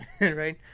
right